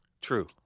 True